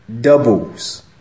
doubles